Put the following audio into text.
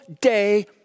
day